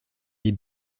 des